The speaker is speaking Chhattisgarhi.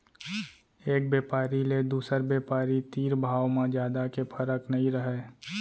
एक बेपारी ले दुसर बेपारी तीर भाव म जादा के फरक नइ रहय